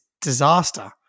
disaster